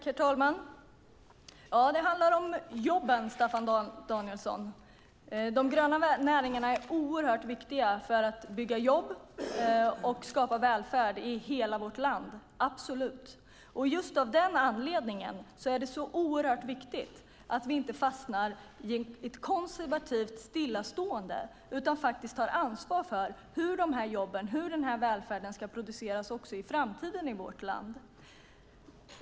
Herr talman! Det handlar om jobben, Staffan Danielsson. De gröna näringarna är oerhört viktiga för att bygga jobb och skapa välfärd i hela vårt land - absolut! Just av den anledningen är det oerhört viktigt att vi inte fastnar i ett konservativt stillastående utan faktiskt tar ansvar för hur jobben och välfärden ska produceras också i framtiden i vårt land.